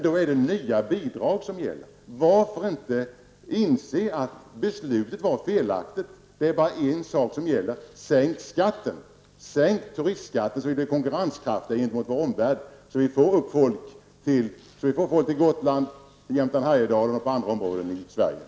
Då är det nya bidrag som gäller. Varför inte inse att beslutet var felaktigt? Det är bara en sak som gäller: Sänk skatten, sänk turistskatten, så att vi blir konkurrenskraftiga gentemot omvärlden och så att folk kommer till